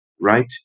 right